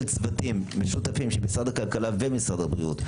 צוותים משותפים של משרדי הכלכלה והבריאות.